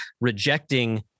rejecting